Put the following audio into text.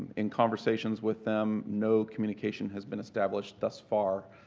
in conversations with them, no communication has been established thus far,